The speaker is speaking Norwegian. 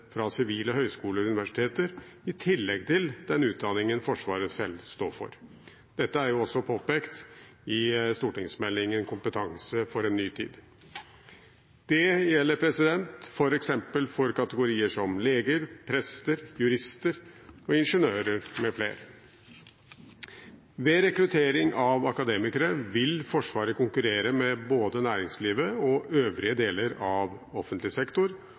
fra sivile høyskoler og universiteter, i tillegg til den utdanningen Forsvaret selv står for. Dette er også påpekt i stortingsmeldingen Kompetanse for en ny tid. Det gjelder f.eks. for kategorier som leger, prester, jurister, ingeniører mfl. Ved rekruttering av akademikere vil Forsvaret konkurrere med både næringslivet og øvrige deler av offentlig sektor